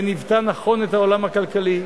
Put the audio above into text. וניווטה נכון את העולם הכלכלי,